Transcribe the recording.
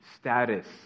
status